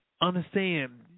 Understand